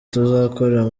tuzakora